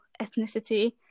ethnicity